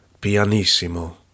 pianissimo